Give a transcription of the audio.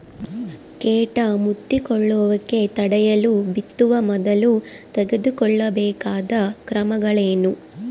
ಕೇಟ ಮುತ್ತಿಕೊಳ್ಳುವಿಕೆ ತಡೆಯಲು ಬಿತ್ತುವ ಮೊದಲು ತೆಗೆದುಕೊಳ್ಳಬೇಕಾದ ಕ್ರಮಗಳೇನು?